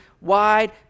wide